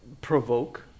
provoke